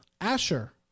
Asher